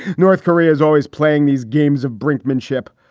north korea is always playing these games of brinkmanship,